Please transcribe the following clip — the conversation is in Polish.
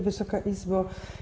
Wysoka Izbo!